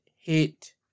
hit